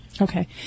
Okay